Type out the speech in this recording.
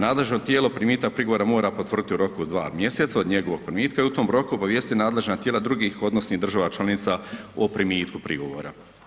Nadležno tijelo primitak prigovora mora potvrditi u roku 2 mj. od njegovog primitka i u tom roku obavijestiti nadležna tijela drugih odnosnih država članica o primitku prigovora.